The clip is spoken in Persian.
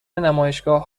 نمایشگاه